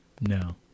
No